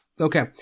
Okay